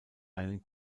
einen